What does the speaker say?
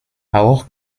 auch